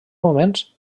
moments